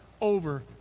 over